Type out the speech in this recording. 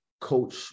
coach